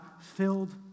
filled